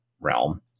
realm